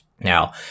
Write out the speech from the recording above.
Now